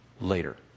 later